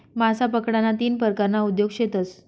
मासा पकडाना तीन परकारना उद्योग शेतस